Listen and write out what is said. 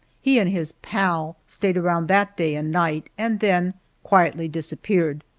he and his pal stayed around that day and night, and then quietly disappeared.